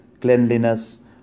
cleanliness